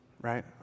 right